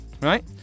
right